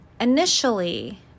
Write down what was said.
initially